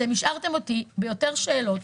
אתם השארתם אותי עם יותר שאלות.